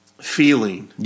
feeling